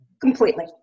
completely